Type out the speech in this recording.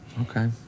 Okay